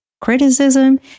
criticism